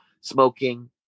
smoking